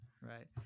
Right